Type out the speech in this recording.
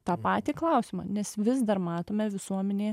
tą patį klausimą nes vis dar matome visuomenėje